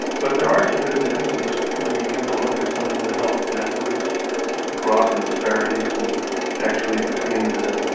but there are some good news, is we begin to look at some of the health inequities across in disparities and actually between